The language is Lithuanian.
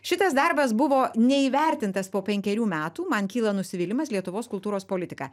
šitas darbas buvo neįvertintas po penkerių metų man kyla nusivylimas lietuvos kultūros politika